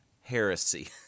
heresy